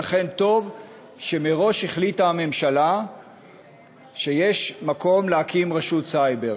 ולכן טוב שמראש החליטה הממשלה שיש מקום להקים רשות סייבר,